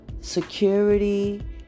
security